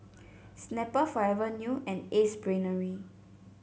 Snapple Forever New and Ace Brainery